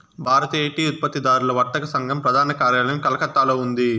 భారతీయ tea ఉత్పత్తిదారుల వర్తక సంఘం ప్రధాన కార్యాలయం కలకత్తాలో ఉంది